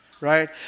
Right